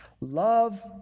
Love